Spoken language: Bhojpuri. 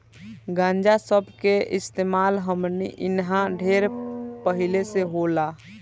गांजा सब के इस्तेमाल हमनी इन्हा ढेर पहिले से होला